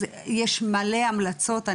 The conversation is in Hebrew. יש מלא המלצות,